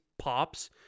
pops